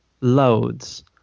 loads